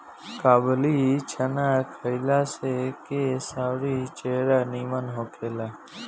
काबुली चाना खइला से केस अउरी चेहरा निमन रहेला